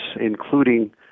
including